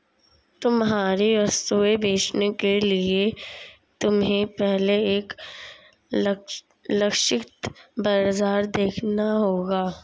तुम्हारी वस्तुएं बेचने के लिए तुम्हें पहले एक लक्षित बाजार देखना होगा